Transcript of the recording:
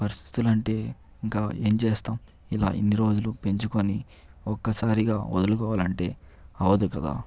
పరిస్థితులు అంటే ఇంకా ఏం చేస్తాం ఇలా ఇన్ని రోజులు పెంచుకొని ఒక్కసారిగా వదులుకోవాలంటే అవదు కదా